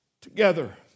together